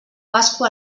pasqua